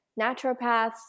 naturopaths